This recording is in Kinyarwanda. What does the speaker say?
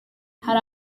hari